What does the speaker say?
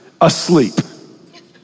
asleep